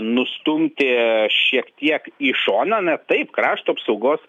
nustumti šiek tiek į šoną na taip krašto apsaugos